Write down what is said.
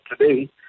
today